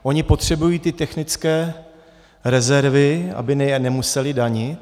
OnY potřebují ty technické rezervy, aby je nemusely danit.